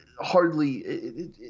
hardly